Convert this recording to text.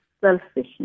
selfishness